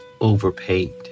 overpaid